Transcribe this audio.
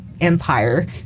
empire